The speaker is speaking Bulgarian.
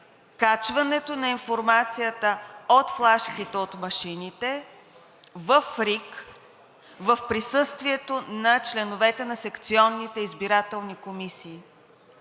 качването на информацията от флашките от машините в РИК в присъствието на членовете на секционните избирателни комисии.